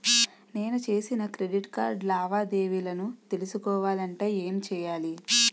నేను చేసిన credit card లావాదేవీలను తెలుసుకోవాలంటే ఏం చేయాలి?